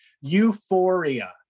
Euphoria